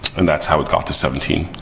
and that's how it got to seventeen.